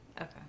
Okay